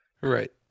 Right